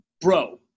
bro